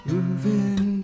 Moving